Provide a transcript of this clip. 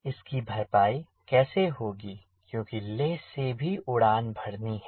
इसकी भरपाई कैसे होगी क्योंकि लेह से भी उड़ान भरनी है